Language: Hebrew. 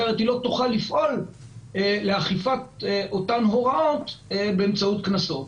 אחרת היא לא תוכל לפעול לאכיפת אותן הוראות באמצעות קנסות.